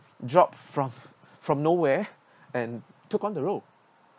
dropped from from nowhere and took on the role